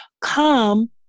come